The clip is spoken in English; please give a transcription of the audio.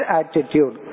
attitude